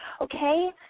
okay